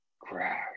Crash